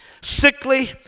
sickly